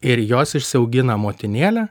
ir jos išsiaugina motinėlę